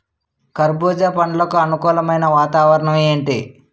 కర్బుజ పండ్లకు అనుకూలమైన వాతావరణం ఏంటి?